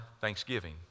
thanksgiving